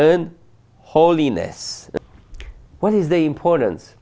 and holiness what is the importance